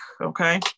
okay